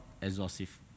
exhaustive